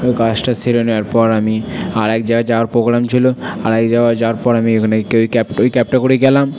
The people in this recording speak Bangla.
ওই কাজটা সেরে নেওয়ার পর আমি আর এক জায়গায় যাওয়ার প্রোগ্রাম ছিলো আর এক জায়গায় যাওয়ার পর আমি ওখানে ক্যাব ওই ক্যাবটা করেই গেলাম